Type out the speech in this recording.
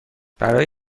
برای